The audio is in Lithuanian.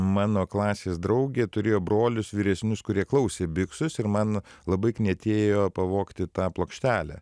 mano klasės draugė turėjo brolius vyresnius kurie klausė biksus ir man labai knietėjo pavogti tą plokštelę